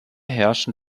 herrschen